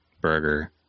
burger